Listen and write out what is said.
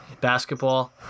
basketball